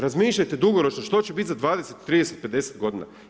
Razmišljajte dugoročno, što će biti za 20, 30, 50 godina.